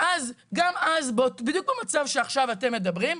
גם אז בדיוק במצב שעכשיו אתם מדברים,